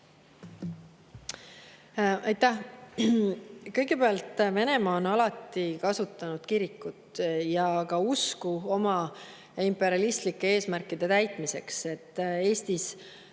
Aitäh! Kõigepealt, Venemaa on alati kasutanud kirikut ja usku oma imperialistlike eesmärkide täitmiseks. Eestis